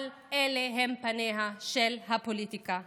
אבל אלה הם פניה של הפוליטיקה היום.